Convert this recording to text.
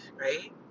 right